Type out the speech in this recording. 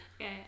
Okay